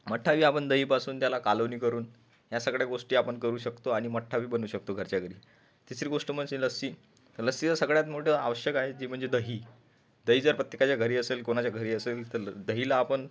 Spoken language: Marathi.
मठ्ठाबी आपण दहीपासून त्याला कालवनी करून या सगळया गोष्टी आपण करू शकतो आणि मठ्ठाबी बनवू शकतो घरच्याघरी तिसरी गोष्ट म्हणजे लस्सी लस्सीला सगळ्यात मोठं आवश्यक आहे ते म्हणजे दही दही जर प्रत्येकाच्या घरी असेल कोणाच्या घरी असेल तर दह्याला आपण